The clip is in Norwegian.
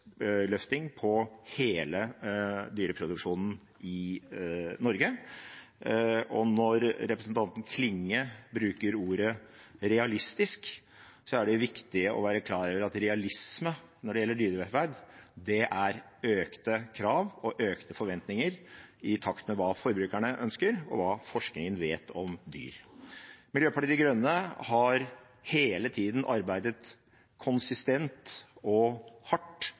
hele dyreproduksjonen i Norge. Og når representanten Klinge bruker ordet realistisk, er det viktig å være klar over at realisme når det gjelder dyrevelferd, er økte krav og økte forventninger i takt med hva forbrukerne ønsker, og hva forskningen vet om dyr. Miljøpartiet De Grønne har hele tiden arbeidet konsistent og hardt